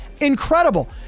incredible